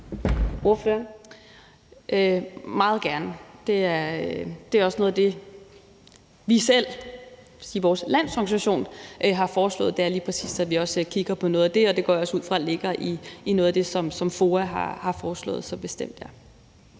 vil vi meget gerne. Det er også noget af det, som vi selv i vores landsorganisation har foreslået, altså at vi lige præcis kigger på noget af det, og det går jeg også ud fra ligger i noget af det, som FOA har foreslået. Så det